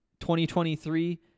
2023